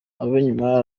ab’inyuma